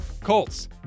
Colts